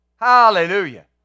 Hallelujah